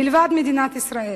מלבד במדינת ישראל.